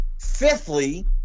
fifthly